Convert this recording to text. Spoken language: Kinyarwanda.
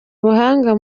ubuhanga